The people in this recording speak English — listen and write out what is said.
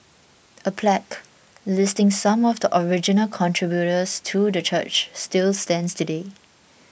a plaque listing some of the original contributors to the church still stands today